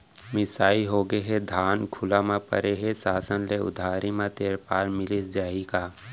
मिंजाई होगे हे, धान खुला म परे हे, शासन ले उधारी म तिरपाल मिलिस जाही का?